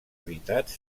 editats